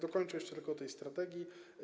Dokończę jeszcze tylko o tej strategii.